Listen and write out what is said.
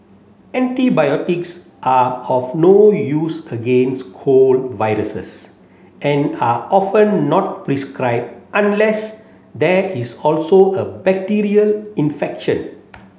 antibiotics are of no use against cold viruses and are often not prescribed unless there is also a bacterial infection